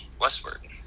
westward